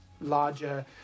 larger